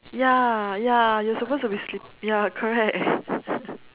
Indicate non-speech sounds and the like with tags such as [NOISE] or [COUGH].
ya ya you're supposed to be sleep ya correct [BREATH]